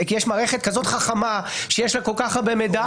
מערכת כזו חכמה שיש לה כל כך הרבה מידע,